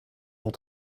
vont